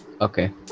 Okay